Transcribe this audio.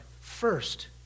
first